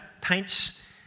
paints